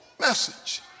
message